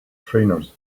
trainers